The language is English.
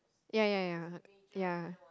ya ya ya ya